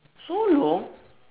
so long